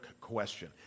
question